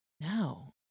No